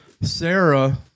Sarah